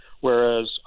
Whereas